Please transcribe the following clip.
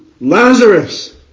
Lazarus